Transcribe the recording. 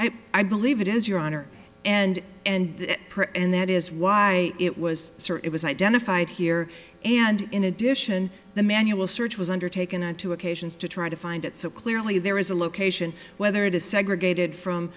mail i believe it is your honor and and and that is why it was certain it was identified here and in addition the manual search was undertaken on two occasions to try to find it so clearly there is a location whether it is segregated from